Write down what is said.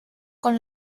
con